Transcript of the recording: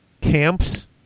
camps